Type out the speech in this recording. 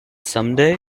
someday